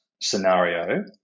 scenario